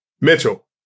Mitchell